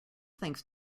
thanks